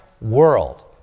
world